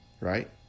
Right